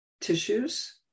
tissues